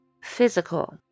physical